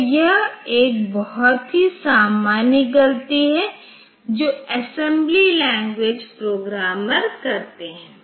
तो यह एक बहुत ही सामान्य गलती है जो असेंबली लैंग्वेज प्रोग्रामर करते हैं